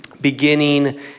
beginning